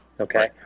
okay